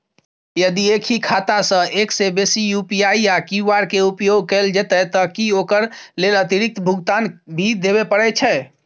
यदि एक ही खाता सं एक से बेसी यु.पी.आई या क्यू.आर के उपयोग कैल जेतै त की ओकर लेल अतिरिक्त भुगतान भी देबै परै छै?